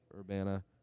Urbana